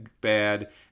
bad